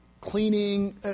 cleaning